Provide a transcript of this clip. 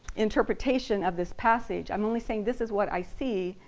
interpretation of this passge. i'm only saying this is what i see,